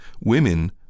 women